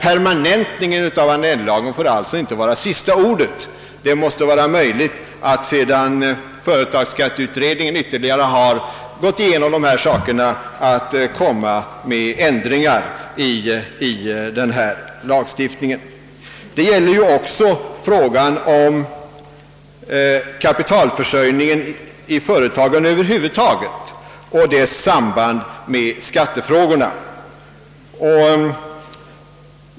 Permanentningen av Annell-lagen får alltså inte vara det sista ordet; det måste vara möjligt att sedan företagsskatteutredningen ytterligare har gått igenom dessa saker genomföra ändringar i lagstiftningen. Samma sak gäller också sambandet mellan kapitalförsörjningen över huvud taget i företagen och skattefrågorna.